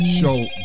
show